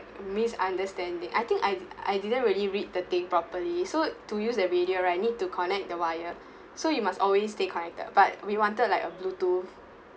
misunderstanding I think I I didn't really read the thing properly so to use the radio right need to connect the wire so you must always stay connected but we wanted like a bluetooth